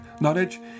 knowledge